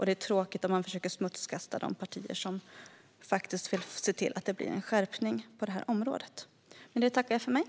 Det är tråkigt om man försöker smutskasta de partier som vill se till att blir en skärpning på detta område.